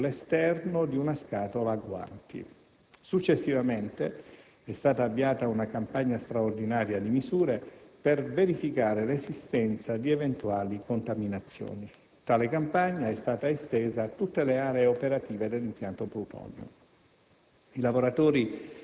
riscontrata sull'esterno di una «scatola a guanti». Successivamente, è stata avviata una campagna straordinaria di misure per verificare l'esistenza di eventuale contaminazione. Tale campagna è stata estesa a tutte le aree operative dell'impianto Plutonio.